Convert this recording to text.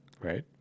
right